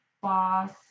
boss